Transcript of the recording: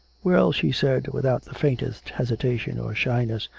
well, she said, without the faintest hesitation or shyness,